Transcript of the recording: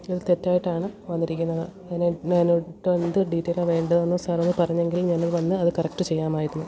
ഇത് തെറ്റായിട്ടാണ് വന്നിരിക്കുന്നത് അതിന് ഞാനാട്ടെന്ത് ഡീറ്റെയിലാണ് വേണ്ടതെന്ന് സാറൊന്ന് പറഞ്ഞെങ്കിൽ ഞാൻ വന്ന് അത് കറക്റ്റ് ചെയ്യാമായിരുന്നു